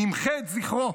נמחה את זכרו.